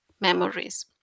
memories